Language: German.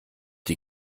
die